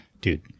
Dude